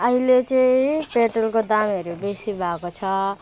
अहिले चाहिँ पेट्रोलको दामहरू बेसी भएको छ